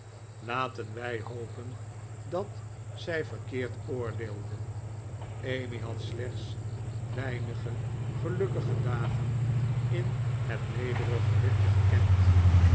laten wij hopen dat zij verkeerd oordeelde emmy had slechts weinige gelukkige dagen in het nederige hutje gekend